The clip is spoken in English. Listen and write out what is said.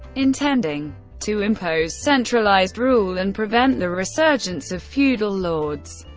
intending to impose centralized rule and prevent the resurgence of feudal lords,